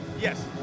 Yes